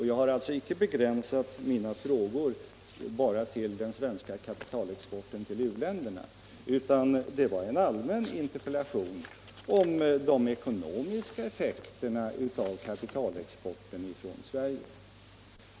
Jag har icke begränsat mina frågor till den svenska kapitalexporten till u-länderna, utan det är en allmän interpellation om de ekonomiska effekterna av kapitalexporten från Sverige.